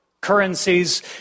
currencies